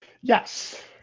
Yes